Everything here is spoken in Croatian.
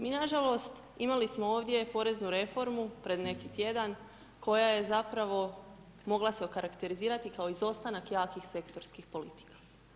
Mi nažalost, imali smo ovdje poreznu reformu pred neki tjedan koja je zapravo, mogla se okarakterizirati kao izostanak jakih sektorskih politika.